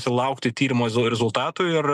sulaukti tyrimo zu rezultatų ir